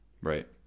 Right